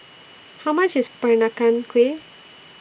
How much IS Peranakan Kueh